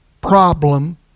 problem